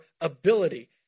ability